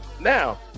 Now